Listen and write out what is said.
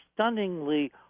stunningly